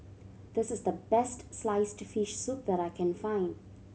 this is the best sliced fish soup that I can find